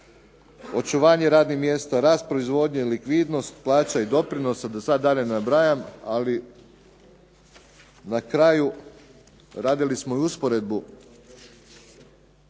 očuvanje radnih mjesta, rast proizvodnje, likvidnost plaća i doprinosa da sad dalje ne nabrajam ali na kraju radili smo i usporedbu